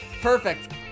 perfect